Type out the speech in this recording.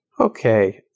Okay